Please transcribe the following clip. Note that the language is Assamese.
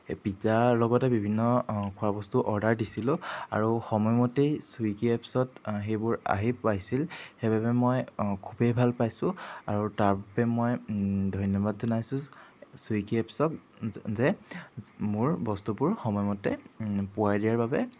সেই পিজ্জাৰ লগতে বিভিন্ন খোৱা বস্তু অৰ্ডাৰ দিছিলো আৰু সময়মতেই ছুইগী এপছ্ত সেইবোৰ আহি পাইছিল সেইবাবে মই খুবেই ভাল পাইছোঁ আৰু তাৰবাবে মই ধন্যবাদ জনাইছোঁ ছুইগী এপছ্ক যে মোৰ বস্তুবোৰ সময়মতে পোৱাই দিয়াৰ বাবে